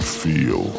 feel